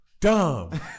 Dumb